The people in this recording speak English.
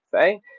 say